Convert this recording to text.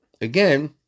again